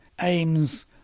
aims